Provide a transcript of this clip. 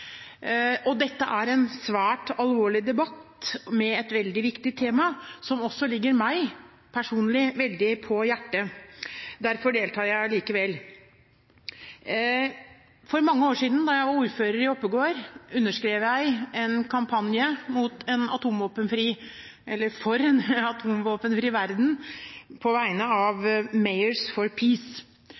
saken. Dette er en svært alvorlig debatt med et veldig viktig tema, som også ligger meg personlig veldig på hjertet. Derfor deltar jeg allikevel. For mange år siden, da jeg var ordfører i Oppegård, underskrev jeg en kampanje for en atomvåpenfri verden på vegne av Mayors for